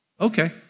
Okay